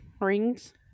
Rings